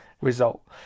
result